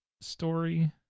story